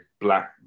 Black